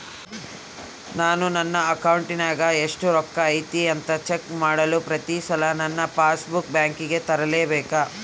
ನಾನು ನನ್ನ ಅಕೌಂಟಿನಾಗ ಎಷ್ಟು ರೊಕ್ಕ ಐತಿ ಅಂತಾ ಚೆಕ್ ಮಾಡಲು ಪ್ರತಿ ಸಲ ನನ್ನ ಪಾಸ್ ಬುಕ್ ಬ್ಯಾಂಕಿಗೆ ತರಲೆಬೇಕಾ?